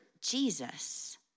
Jesus